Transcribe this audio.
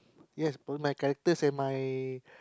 yes both my characters and my